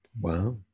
Wow